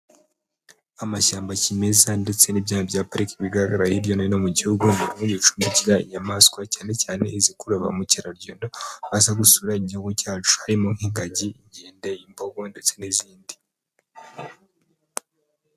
Amashyamba kimeza ndetse n'ibyanya bya pariki bigaragara hirya no hino mu gihugu, bimwe bicumbikira inyamaswa cyane cyane izikurura ba mukerarugendo, baza gusura igihugu cyacu, harimo nk'ingagi, inkende, imbogo, ndetse n'izindi.